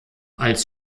als